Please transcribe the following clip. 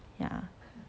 ya